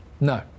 no